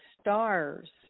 stars